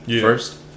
first